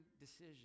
decision